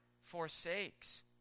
forsakes